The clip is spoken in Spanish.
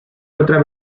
otra